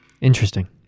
Interesting